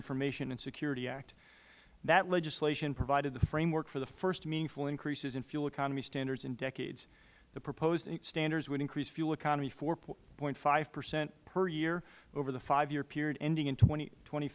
information and security act that legislation provided the framework for the first meaningful increases in fuel economy standards in decades the proposed standards would increase fuel economy four point five percent per year over the five year period endi